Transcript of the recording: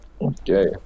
okay